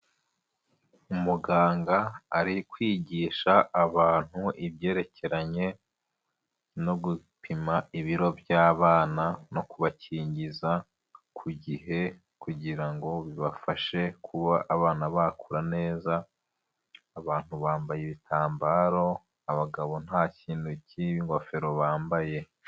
Umuganga ari kwigisha abantu ibyerekeranye no gupima ibiro by’abana no kubakingiza ku gihe, kugira ngo bibafashe kuba abana bakura neza. Abantu bambaye ibitambaro, abagabo nta kintu k’ingofero bambaye.